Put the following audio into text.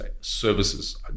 services